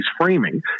framing